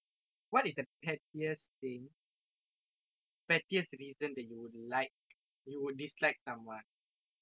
what is the reason that you would like you would dislike someone what's the pettiest reason that you would dislike someone